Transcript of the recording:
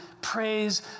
praise